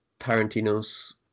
Tarantino's